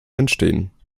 entstehen